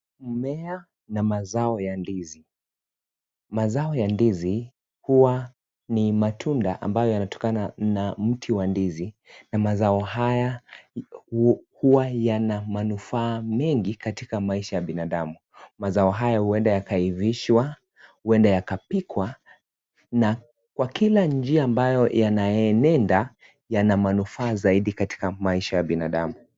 Mmea na mazao na ndizi, mazao ya ndizi huwa ni matunda ambayo yanatokana na mti wa ndizi na mazao haya huwa na manufaa mengi katika maisha ya binadamu. Mazao hayo huenda yakaivishwa, huenda yakapikwa na kwa kila njia ambayo yanaenda yana manufaa zaidi katika maisha ya binadamu.